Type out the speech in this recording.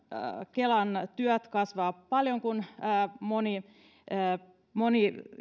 kelan työt kasvavat paljon kun moni